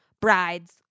brides